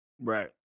Right